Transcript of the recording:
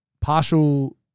Partial